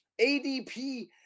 ADP